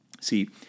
See